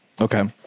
Okay